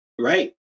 Right